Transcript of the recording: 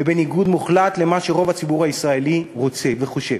ובניגוד מוחלט למה שהציבור הישראלי רוצה וחושב.